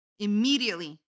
Immediately